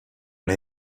non